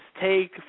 take